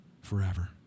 forever